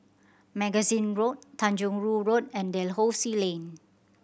Magazine Road Tanjong Rhu Road and Dalhousie Lane